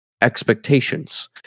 expectations